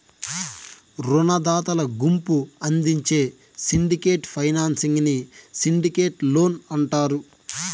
రునదాతల గుంపు అందించే సిండికేట్ ఫైనాన్సింగ్ ని సిండికేట్ లోన్ అంటారు